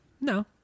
No